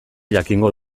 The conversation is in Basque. jakingo